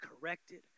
corrected